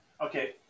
Okay